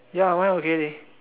ya mine okay leh